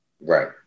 Right